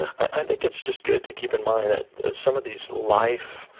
i think it's just good to keep in mind that some of these life